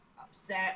upset